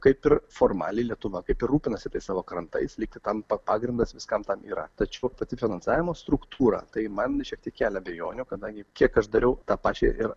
kaip ir formaliai lietuva kaip ir rūpinasi savo krantais lyg tampa pagrindas viskam tam yra tačiau aptarti finansavimo struktūra tai man šiek tiek kelia abejonių kadangi kiek aš dariau tą pačią ir